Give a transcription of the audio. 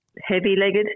heavy-legged